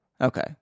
okay